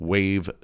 Wave